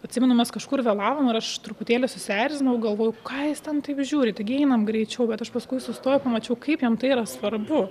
atsimenu mes kažkur vėlavom ir aš truputėlį susierzinau galvoju ką jis ten taip žiūri taigi einam greičiau bet aš paskui sustojau pamačiau kaip jam tai yra svarbu